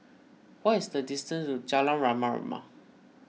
what is the distance to Jalan Rama Rama